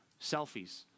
Selfies